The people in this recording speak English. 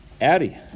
Addie